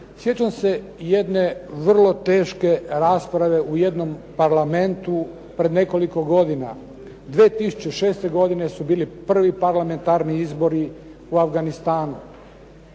Sjećam se jedne vrlo teške rasprave u jednom parlamentu pred nekoliko godina. 2006. godine su bili prvi parlamentarni izbori u Afganistanu.